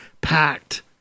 packed